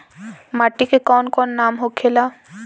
माटी के कौन कौन नाम होखे ला?